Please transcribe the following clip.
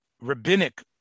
rabbinic